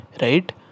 Right